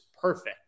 perfect